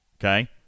okay